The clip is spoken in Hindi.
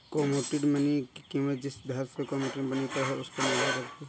कोमोडिटी मनी की कीमत जिस धातु से कोमोडिटी मनी बनी है उस पर निर्भर करती है